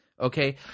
Okay